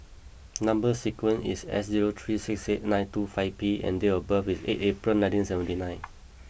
number sequence is S zero three six eight nine two five P and date of birth is eight April nineteen seventy nine